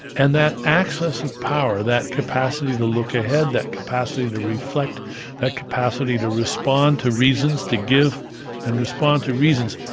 and that access of power, that capacity to look ahead, that capacity to reflect, that capacity to respond to reasons, to give and respond to reasons,